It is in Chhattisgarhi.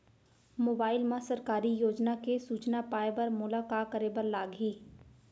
मोबाइल मा सरकारी योजना के सूचना पाए बर मोला का करे बर लागही